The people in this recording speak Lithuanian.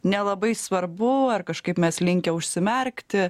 nelabai svarbu ar kažkaip mes linkę užsimerkti